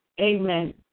Amen